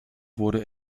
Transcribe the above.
wurde